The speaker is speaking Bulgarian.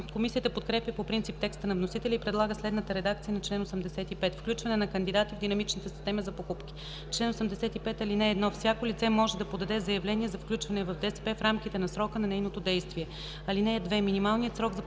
Комисията подкрепя по принцип текста на вносителя и предлага следната редакция на чл. 85: „Включване на кандидати в динамичната система за покупки Чл. 85. (1) Всяко лице може да подаде заявление за включване в ДСП в рамките на срока на нейното действие. (2) Минималният срок за получаване